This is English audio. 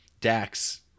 Dax